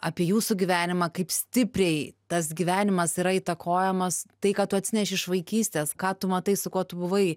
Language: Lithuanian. apie jūsų gyvenimą kaip stipriai tas gyvenimas yra įtakojamas tai ką tu atsineši iš vaikystės ką tu matai su kuo tu buvai